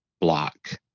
block